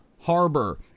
Harbor